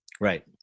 Right